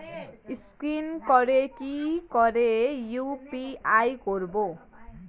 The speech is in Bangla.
স্ক্যান করে কি করে ইউ.পি.আই করবো?